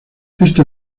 esta